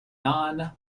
non